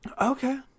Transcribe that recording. okay